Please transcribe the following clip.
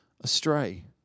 astray